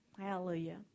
Hallelujah